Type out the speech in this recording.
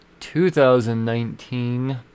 2019